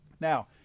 Now